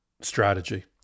strategy